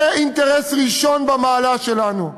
זה אינטרס ראשון במעלה שלנו.